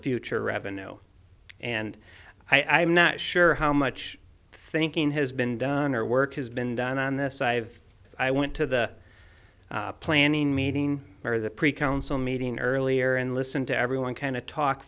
future revenue and i'm not sure how much thinking has been done or work has been done on this i have i went to the planning meeting for the pre council meeting earlier and listen to everyone kind of talk